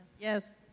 Yes